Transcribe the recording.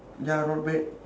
ya not bad